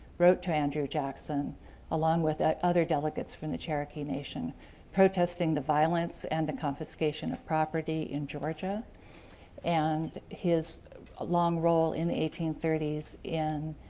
wrote to andrew jackson along with ah other delegates from the cherokee nation protesting the violence and the confiscation of property in georgia and his ah long role in the eighteen thirty s and